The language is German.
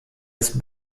ist